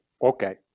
Okay